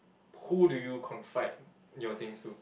who do you confide your things to